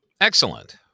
Excellent